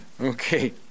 Okay